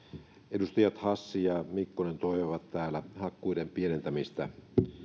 edustajat hassi ja mikkonen toivoivat täällä hakkuiden pienentämistä